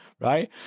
Right